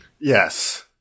yes